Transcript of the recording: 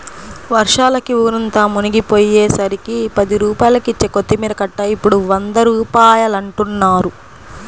వర్షాలకి ఊరంతా మునిగిపొయ్యేసరికి పది రూపాయలకిచ్చే కొత్తిమీర కట్ట ఇప్పుడు వంద రూపాయలంటన్నారు